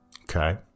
Okay